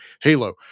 Halo